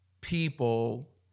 people